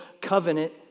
covenant